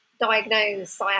diagnose